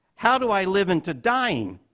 how do i live into dying?